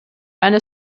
eine